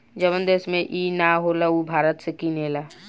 जवन देश में ई ना होला उ भारत से किनेला